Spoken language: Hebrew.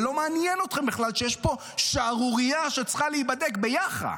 ולא מעניין אתכם בכלל שיש פה שערורייה שצריכה להיבדק ביאח"ה,